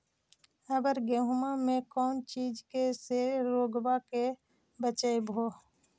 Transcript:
अबर गेहुमा मे कौन चीज के से रोग्बा के बचयभो?